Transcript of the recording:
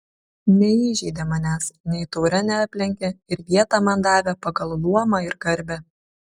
neįžeidė manęs nei taure neaplenkė ir vietą man davė pagal luomą ir garbę